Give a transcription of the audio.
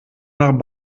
nach